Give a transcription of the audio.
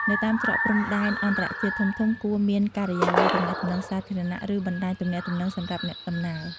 នៅតាមច្រកព្រំដែនអន្តរជាតិធំៗ គួរមានការិយាល័យទំនាក់ទំនងសាធារណៈ ឬបណ្តាញទំនាក់ទំនងសម្រាប់អ្នកដំណើរ។